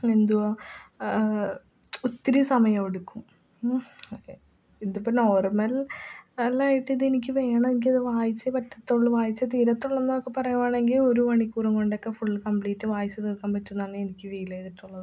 എന്തുവാ ഒത്തിരി സമയമെടുക്കും ഉം അതെ ഇതിപ്പം നോർമ്മൽ അല്ലായിട്ടിതെനിക്ക് വേണം എനിക്കിത് വായിച്ചേ പറ്റത്തുള്ളു വായിച്ചേ തീരത്തുള്ളെന്നൊക്കെ പറയുകയാണെങ്കിൽ ഒരു മണിക്കൂർ കൊണ്ടൊക്കെ ഫുള്ള് കമ്പ്ലീറ്റ് വായിച്ചു തീർക്കാൻ പറ്റുന്നതാണെനിക്ക് ഫീൽ ചെയ്തിട്ടുള്ളത്